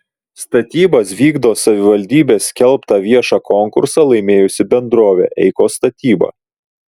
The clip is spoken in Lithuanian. statybas vykdo savivaldybės skelbtą viešą konkursą laimėjusi bendrovė eikos statyba